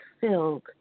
filled